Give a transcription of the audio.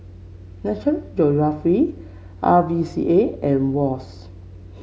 National Geographic R V C A and Wall's